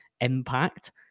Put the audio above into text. impact